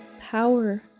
power